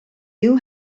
you